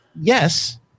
Yes